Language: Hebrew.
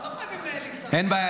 לא חייבים --- אין בעיה,